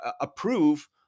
approve